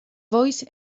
voice